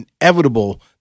inevitable